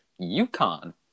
UConn